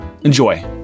Enjoy